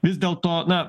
vis dėlto na